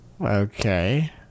okay